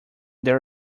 their